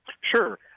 Sure